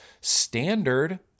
standard